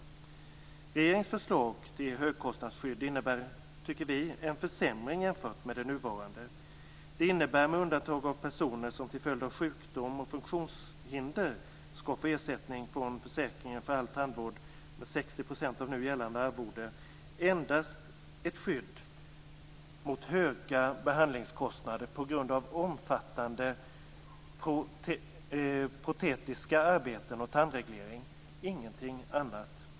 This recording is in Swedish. Vi tycker att regeringens förslag till högkostnadsskydd innebär en försämring jämfört med det nuvarande. Det innebär - med undantag av personer som till följd av sjukdom och funktionshinder skall få ersättning från försäkringen för all tandvård med 60 % av nu gällande arvode - endast ett skydd mot höga behandlingskostnader på grund av omfattande protetiska arbeten och tandreglering, ingenting annat.